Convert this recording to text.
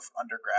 undergrad